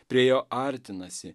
prie jo artinasi